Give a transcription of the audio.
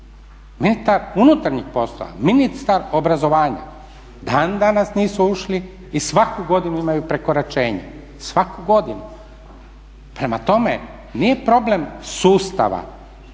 Ne unutarnjih poslova, ministar obrazovanja dan danas nisu ušli i svaku godinu imaju prekoračenje, svaku godinu. Prema tome, nije problem sustava,